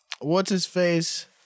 What's-His-Face